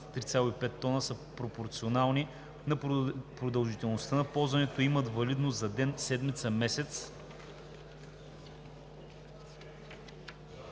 3,5 тона са пропорционални на продължителността на ползването и имат валидност за ден, седмица и месец.